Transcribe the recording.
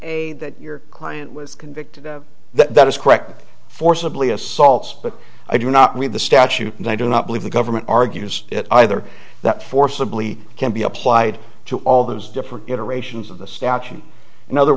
a that your client was convicted that is correct forcibly assaults but i do not read the statute and i do not believe the government argues it either that forcibly can be applied to all those different iterations of the statute in other